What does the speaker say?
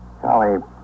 Charlie